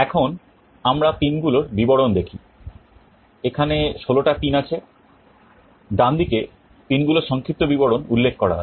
এখন আমরা পিন গুলোর বিবরণ দেখি এখানে 16টা পিন আছে ডানদিকে পিনগুলোর সংক্ষিপ্ত বিবরণ উল্লেখ করা আছে